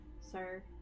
sir